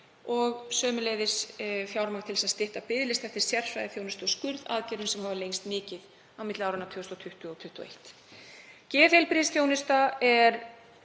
og sömuleiðis fjármagn til að stytta biðlista eftir sérfræðiþjónustu og skurðaðgerðum sem hafa lengst mikið á milli áranna 2020 og 2021. Geðheilbrigðisþjónusta er